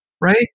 right